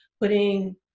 putting